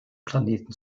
planeten